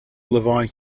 levine